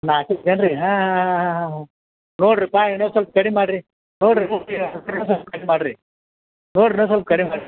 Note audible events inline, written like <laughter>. ನಾಟಿ ಏನು ರೀ ಹಾಂ ಹಾಂ ಹಾಂ ಹಾಂ ಹಾಂ ಹಾಂ ನೋಡ್ರಿ ಪಾ ಏನೋ ಸ್ವಲ್ಪ ಕಡಿಮೆ ಮಾಡ್ರಿ ನೋಡ್ರಿ <unintelligible> ಕಡ್ಮೆ ಮಾಡ್ರಿ ನೋಡ್ರಿ ಇನ್ನು ಸ್ವಲ್ಪ ಕಡ್ಮೆ ಮಾಡ್ರಿ